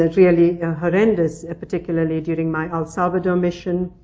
really horrendous, particularly during my el salvador mission.